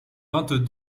vingt